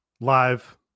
live